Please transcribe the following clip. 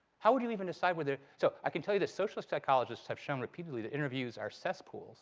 how would you even decide whether? so i can tell you this. social psychologists have shown repeatedly that interviews are cesspools